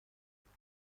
سعیت